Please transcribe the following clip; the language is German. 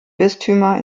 bistümer